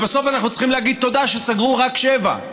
ובסוף אנחנו צריכים להגיד תודה שסגרו רק שבע.